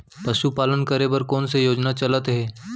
पशुपालन करे बर कोन से योजना चलत हे?